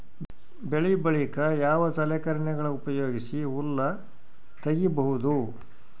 ಬೆಳಿ ಬಳಿಕ ಯಾವ ಸಲಕರಣೆಗಳ ಉಪಯೋಗಿಸಿ ಹುಲ್ಲ ತಗಿಬಹುದು?